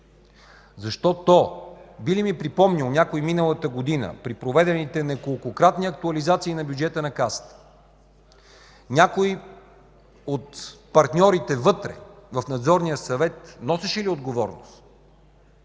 Защото би ли ми припомнил някой миналата година при проведените неколкократни актуализации на бюджета на Касата, някой от партньорите вътре в Надзорния съвет, носеше ли отговорност?